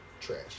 Trash